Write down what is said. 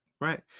Right